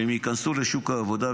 שהם ייכנסו לשוק העבודה.